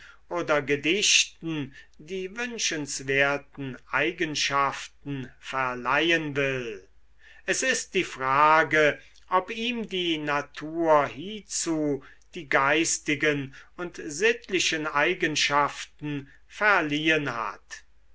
oder gedichten die wünschenswerten eigenschaften verleihen will es ist die frage ob ihm die natur hiezu die geistigen und sittlichen eigenschaften verliehen hat